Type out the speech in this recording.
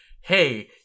hey